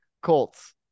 colts